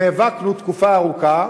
נאבקנו תקופה ארוכה.